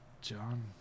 John